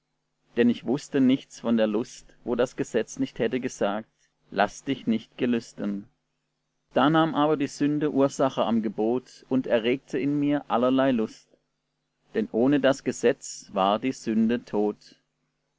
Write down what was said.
denn ich wußte nichts von der lust wo das gesetz nicht hätte gesagt laß dich nicht gelüsten da nahm aber die sünde ursache am gebot und erregte in mir allerlei lust denn ohne das gesetz war die sünde tot